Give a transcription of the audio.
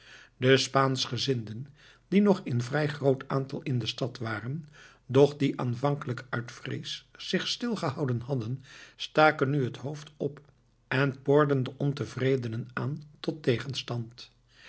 de spaanschgezinden die nog in vrij groot aantal in de stad waren doch die aanvankelijk uit vrees zich stilgehouden hadden staken nu het hoofd op en porden de ontevredenen aan